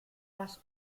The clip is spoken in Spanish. las